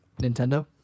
Nintendo